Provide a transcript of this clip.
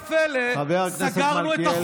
מי היה מאמין לך, והפלא ופלא, חבר הכנסת מלכיאלי.